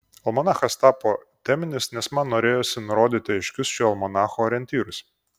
almanachas tapo teminis nes man norėjosi nurodyti aiškius šio almanacho orientyrus